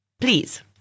Please